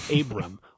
Abram